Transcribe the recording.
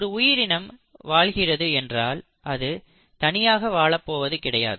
ஒரு உயிரினம் வாழ்கிறது என்றால் அது தனியாக வாழப்போவது கிடையாது